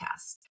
podcast